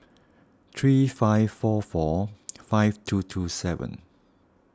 three five four four five two two seven